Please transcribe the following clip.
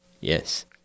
yes